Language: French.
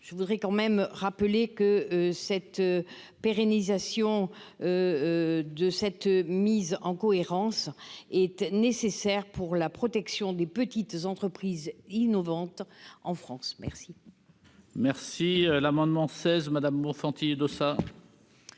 je voudrais quand même rappeler que cette pérennisation de cette mise en cohérence était nécessaire pour la protection des petites entreprises innovantes en France merci. Merci l'amendement 16 Madame Bonfanti Dossat.